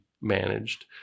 managed